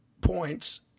points